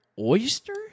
Oyster